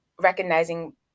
recognizing